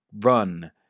run